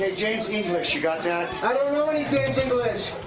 ah james english, you got that? i don't know any james english.